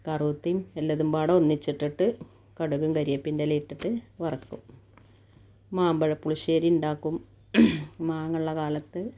കറുതേം എല്ലാതും പാടെ ഒന്നിച്ചിട്ടിട്ട് കടുകും കരിയേപ്പിൻറ്റെലേം ഇട്ടിട്ട് വറക്കും മാമ്പഴ പുളിശ്ശേരീണ്ടാക്കും മാങ്ങയുള്ള കാലത്ത്